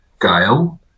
Gail